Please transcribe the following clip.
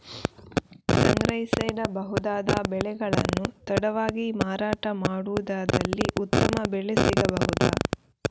ಸಂಗ್ರಹಿಸಿಡಬಹುದಾದ ಬೆಳೆಗಳನ್ನು ತಡವಾಗಿ ಮಾರಾಟ ಮಾಡುವುದಾದಲ್ಲಿ ಉತ್ತಮ ಬೆಲೆ ಸಿಗಬಹುದಾ?